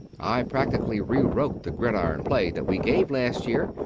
i practically rewrote the gridiron play that we gave last year,